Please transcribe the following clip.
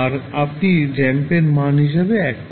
আর আপনি র্যাম্পের মান হিসাবে 1 পাবেন